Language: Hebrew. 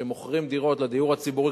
שמוכרים דירות בדיור הציבורי,